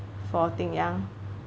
for Ding Yang